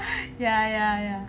ya ya ya